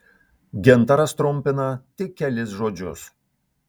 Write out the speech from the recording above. gintaras trumpina tik kelis žodžius